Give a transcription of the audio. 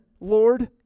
Lord